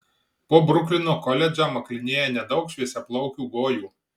po bruklino koledžą maklinėja nedaug šviesiaplaukių gojų